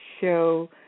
show